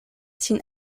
sin